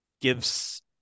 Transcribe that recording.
gives